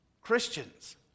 Christians